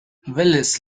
welles